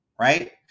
right